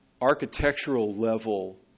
architectural-level